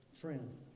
friend